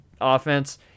offense